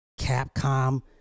Capcom